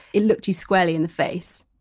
it looked you squarely in the face.